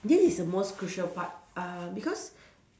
this is most crucial part uh because